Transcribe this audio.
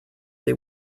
they